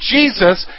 Jesus